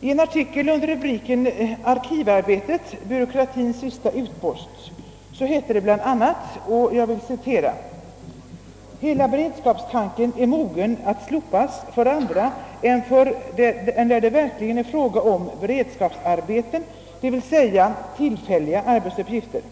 I en artikel under rubriken »Arkivarbetet — byråkratins sista utpost» heter det bl.a.: »Hela beredskapstanken är mogen att slopas för andra än där det verkligen är fråga om beredskapsarbeten, d. v. s. tillfälliga arbetsuppgifter.